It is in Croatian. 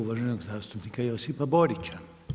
uvaženog zastupnika Josipa Borić.